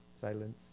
Silence